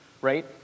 right